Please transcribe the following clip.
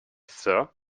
sir